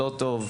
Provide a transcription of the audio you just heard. לא טוב,